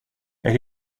elle